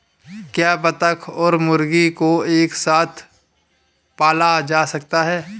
क्या बत्तख और मुर्गी को एक साथ पाला जा सकता है?